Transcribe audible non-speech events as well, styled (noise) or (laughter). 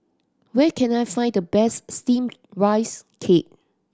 where can I find the best steam (noise) rice cake